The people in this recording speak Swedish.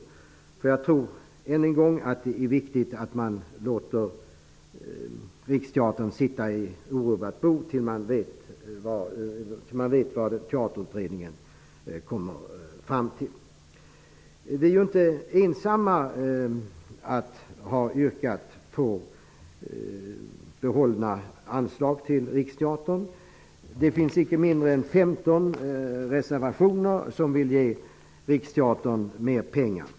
Än en gång vill jag säga att jag tror att det är viktigt att låta Riksteatern sitta i orubbat bo tills man vet vad Teaterutredningen har kommit fram till. Vi är inte ensamma om att ha yrkat på bibehållna anslag till Riksteatern. Det finns nämligen icke mindre än 15 reservationer som syftar till att ge Riksteatern mera pengar.